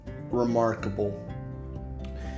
remarkable